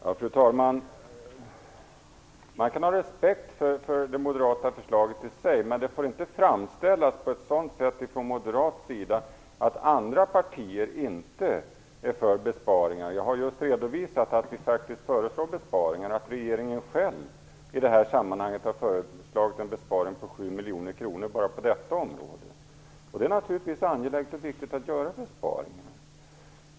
Fru talman! Man kan ha respekt för det moderata förslaget i sig, men det får inte framställas på ett sådant sätt från moderat sida att andra partier inte är för besparingar. Jag har just redovisat att vi faktiskt föreslår besparingar, att regeringen själv bara på detta område har föreslagit en besparing på 7 miljoner kronor. Det är naturligtvis angeläget och viktigt att göra besparingar.